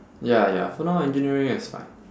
ya ya for now engineering is like